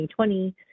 2020